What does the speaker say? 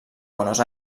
buenos